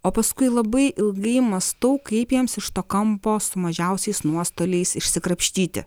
o paskui labai ilgai mąstau kaip jiems iš to kampo su mažiausiais nuostoliais išsikrapštyti